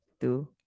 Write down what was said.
two